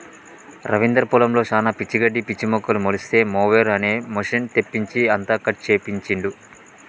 రవీందర్ పొలంలో శానా పిచ్చి గడ్డి పిచ్చి మొక్కలు మొలిస్తే మొవెర్ అనే మెషిన్ తెప్పించి అంతా కట్ చేపించిండు